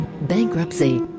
bankruptcy